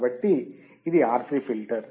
కాబట్టి ఇది RC filter